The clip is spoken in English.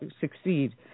succeed